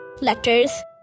letters